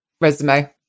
resume